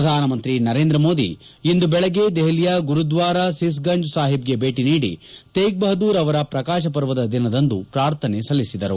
ಪ್ರಧಾನ ಮಂತ್ರಿ ನರೇಂದ್ರ ಮೋದಿ ಇಂದು ಬೆಳಗ್ಗೆ ದೆಹಲಿಯ ಗುರುದ್ವಾರ ಸಿಸ್ ಗಂಜ್ ಸಾಹಿಬ್ಗೆ ಭೇಟಿ ನೀಡಿ ತೇಗ್ ಬಹುದ್ದೂರ್ ಅವರ ಪ್ರಕಾಶ ಪರ್ವದ ದಿನದಂದು ಪ್ರಾರ್ಥನೆ ಸಲ್ಲಿಸಿದರು